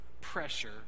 pressure